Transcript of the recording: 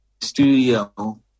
studio